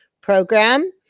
program